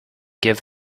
give